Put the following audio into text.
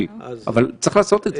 ישירות בקו שני הן לא רק פניות קבוצתיות,